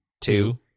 two